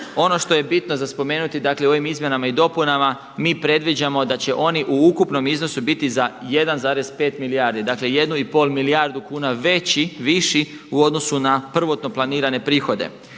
Ono što je bitno za spomenuti dakle u ovom izmjenama i dopunama mi predviđamo da će oni u ukupnom iznosu biti za 1,5 milijardi, dakle 1,5 milijardu kuna veći, viši u odnosu na prvotno planirane prihode.